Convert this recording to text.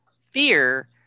fear